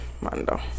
Mando